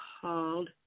called